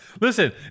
Listen